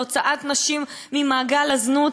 להוצאת נשים ממעגל הזנות.